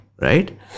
right